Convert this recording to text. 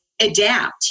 adapt